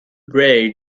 braid